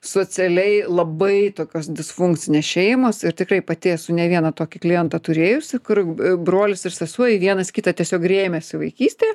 socialiai labai tokios disfunkcinės šeimos ir tikrai pati esu ne vieną tokį klientą turėjusi kur brolis ir sesuo į vienas kitą tiesiog rėmėsi vaikystėje